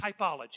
typology